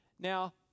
Now